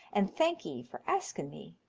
and thank ee for asking me.